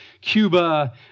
Cuba